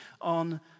on